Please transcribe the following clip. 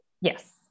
Yes